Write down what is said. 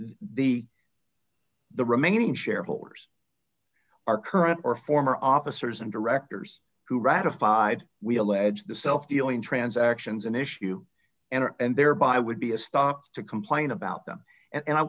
the the remaining shareholders are current or former officers and directors who ratified we allege the self dealing transactions an issue and thereby would be a stop to complain about them and